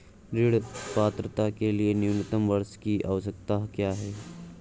ऋण पात्रता के लिए न्यूनतम वर्ष की आवश्यकता क्या है?